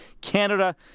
Canada